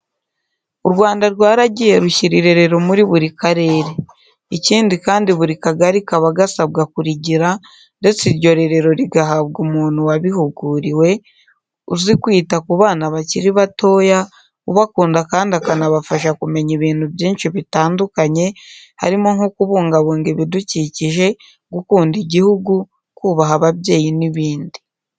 U Rwanda rwagiye rushyira irerero muri buri karere. Ikindi kandi buri kagari kaba gasabwa kurigira ndetse iryo rerero rigahabwa umuntu wabihuguriwe, uzi kwita ku bana bakiri batoya, ubakunda kandi akanabafasha kumenya ibintu byinshi bitandukanye harimo nko kubungabunga ibidukikije, gukunda Igihugu, kubaha ababyeyi n'ibindi.